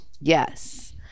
Yes